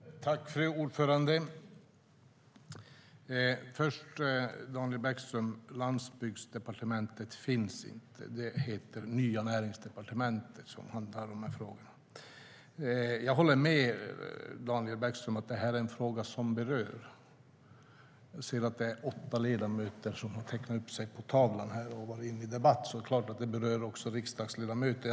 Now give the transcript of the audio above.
Fru talman! Först ska jag säga till Daniel Bäckström att Landsbygdsdepartementet inte finns. Det är Näringsdepartementet som hanterar dessa frågor. Jag håller med Daniel Bäckström om att detta är en fråga som berör. Jag ser att det är åtta ledamöter på talarlistan för att delta i debatten, och det är klart att detta också berör riksdagsledamöter.